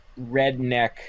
redneck